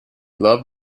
loved